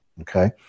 okay